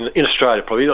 and in australia, probably.